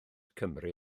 cymru